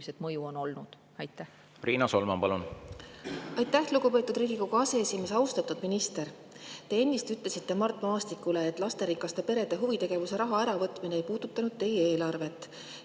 Riina Solman, palun! Riina Solman, palun! Aitäh, lugupeetud Riigikogu aseesimees! Austatud minister! Te ennist ütlesite Mart Maastikule, et lasterikaste perede huvitegevuse raha äravõtmine ei puudutanud teie eelarvet